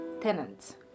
tenants